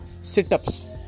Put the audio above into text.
sit-ups